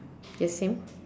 yes same